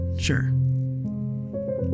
sure